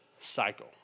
cycle